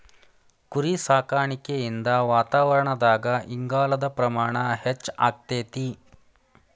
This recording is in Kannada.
ಕುರಿಸಾಕಾಣಿಕೆಯಿಂದ ವಾತಾವರಣದಾಗ ಇಂಗಾಲದ ಪ್ರಮಾಣ ಹೆಚ್ಚಆಗ್ತೇತಿ